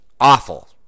Awful